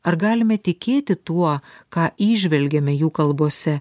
ar galime tikėti tuo ką įžvelgiame jų kalbose